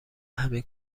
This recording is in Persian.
همین